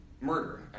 murder